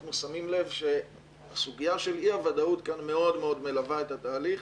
אנחנו שמים לב שהסוגיה של אי-הוודאות כאן מאוד מאוד מלווה את התהליך.